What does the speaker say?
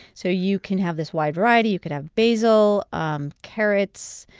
so you can have this wide variety you could have basil, um carrots,